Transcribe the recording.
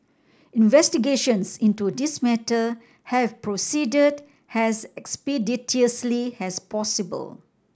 investigations into this matter have proceeded as expeditiously as possible